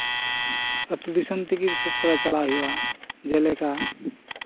ᱟᱹᱛᱩ ᱫᱤᱥᱚᱢ ᱠᱚᱨᱮᱜ ᱵᱤᱥᱮᱥ ᱠᱟᱭᱛᱮ ᱪᱟᱞᱟᱜ ᱦᱩᱭᱩᱜᱼᱟ ᱡᱮᱞᱮᱠᱟ